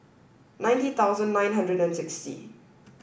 ninety thousand nine hundred and sixty